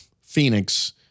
Phoenix